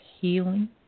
healing